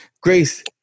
grace